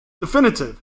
definitive